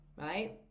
right